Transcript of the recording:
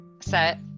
set